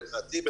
לדעתי,